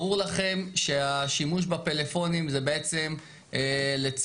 ברור לכם שהשימוש בפלאפונים זה בעצם לצורך